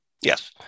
Yes